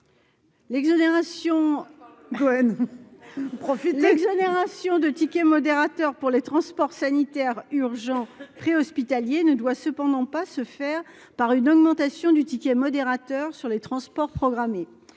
L'exonération de ticket modérateur sur les transports sanitaires urgents préhospitaliers ne doit toutefois pas se faire par une augmentation du ticket modérateur sur les transports programmés.